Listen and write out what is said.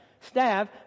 staff